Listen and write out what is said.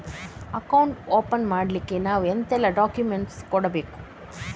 Account open ಮಾಡ್ಲಿಕ್ಕೆ ನಾವು ಎಂತೆಲ್ಲ ಡಾಕ್ಯುಮೆಂಟ್ಸ್ ಕೊಡ್ಬೇಕು?